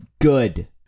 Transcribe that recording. good